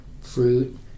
fruit